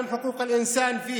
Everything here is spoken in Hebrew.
(אומר דברים בשפה הערבית,